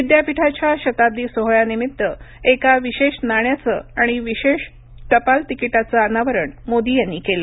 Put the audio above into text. विद्यापीठाच्या शताब्दी सोहळ्यानिमित्त एका विशेष नाण्याच आणि विशेष टपाल तिकिटाचं अनावरण मोदी यांनी केल